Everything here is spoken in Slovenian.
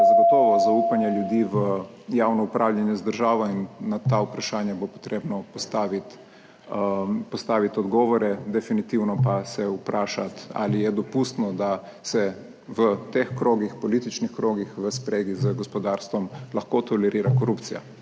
zagotovo zaupanje ljudi v javno upravljanje z državo in na ta vprašanja bo potrebno postaviti odgovore. Definitivno pa se vprašati ali je dopustno, da se v teh krogih, političnih krogih v spregi z gospodarstvom lahko tolerira korupcija.